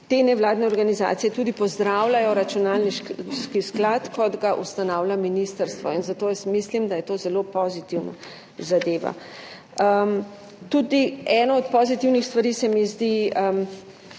te nevladne organizacije tudi pozdravljajo računalniški sklad, kot ga ustanavlja ministrstvo, in zato jaz mislim, da je to zelo pozitivna zadeva. Ena od pozitivnih stvari se mi zdi